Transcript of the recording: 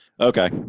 Okay